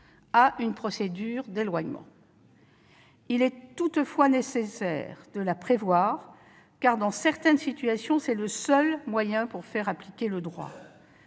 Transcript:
à une procédure d'éloignement. Il est toutefois nécessaire de la prévoir, car c'est le seul moyen pour faire appliquer le droit